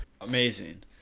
Amazing